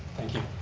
thank you.